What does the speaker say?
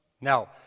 Now